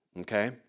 okay